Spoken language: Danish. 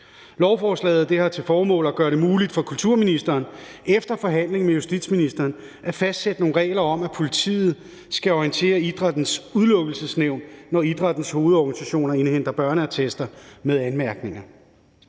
Lovforslaget har til formål at gøre det muligt for kulturministeren efter forhandling med justitsministeren at fastsætte nogle regler om, at politiet skal orientere idrættens Udelukkelsesnævn, når idrættens hovedorganisationer indhenter børneattester med anmærkninger.